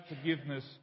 forgiveness